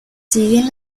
siguen